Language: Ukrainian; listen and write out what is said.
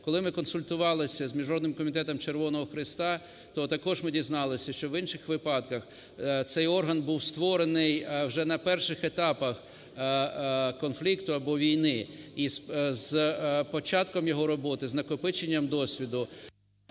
Коли ми консультувалися з Міжнародним Комітетом Червоного Хреста, то також ми дізналися, що в інших випадках цей орган був створений вже на перших етапах конфлікту або війни. І з початком його роботи, з накопиченням досвіду…